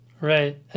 Right